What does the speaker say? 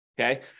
Okay